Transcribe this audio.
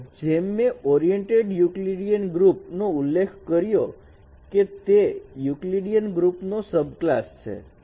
તો જેમ મેં ઓરીએન્ટેડ યુકલીડીએન ગ્રુપ નો ઉલ્લેખ કર્યો કે તે યુકલીડીએન ગ્રુપનો સબક્લાસ છે